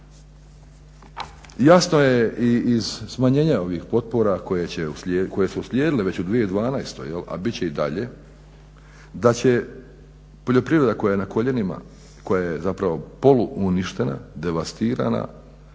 Jasno je i iz smanjenja ovih potpora koje su uslijedile već u 2012. a bit će i dalje, da će poljoprivreda koja je na koljenima, koja je zapravo polu uništena, devastirana